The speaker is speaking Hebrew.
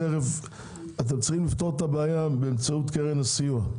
אתם צריכים לפתור את הבעיה באמצעות קרן הסיוע.